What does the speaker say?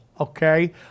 Okay